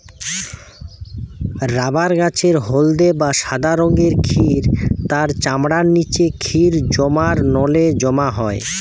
rubber গাছের হলদে বা সাদা রঙের ক্ষীর তার চামড়ার নিচে ক্ষীর জমার নলে জমা হয়